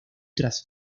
tras